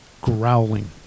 growling